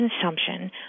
consumption